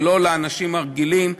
ולא באנשים הרגילים,